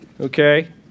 Okay